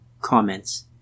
Comments